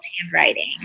handwriting